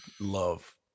love